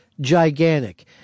gigantic